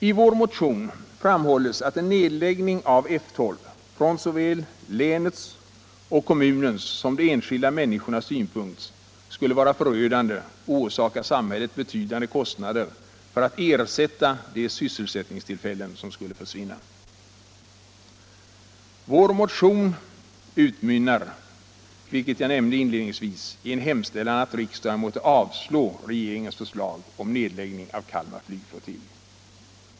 I vår motion framhålles att en nedläggning av F 12 från såväl länets och kommunens som de enskilda människornas synpunkt skulle vara förödande och orsaka samhället betydande kostnader för att ersätta de sysselsättningstillfällen som skulle försvinna. Vår motion utmynnar, vilket jag nämnde inledningsvis, i en hemställan att riksdagen måtte avslå regeringens förslag om nedläggning av Kalmar flygflottilj.